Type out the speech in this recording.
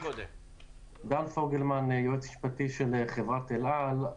אני דן פוגלמן, יועץ משפטי של חברת אל על.